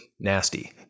nasty